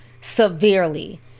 severely